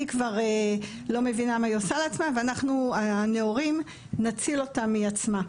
היא כבר לא מבינה מה היא עושה לעצמה ואנחנו הנאורים נציל אותה מעצמה.